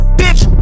bitch